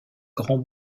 grand